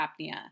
apnea